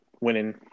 winning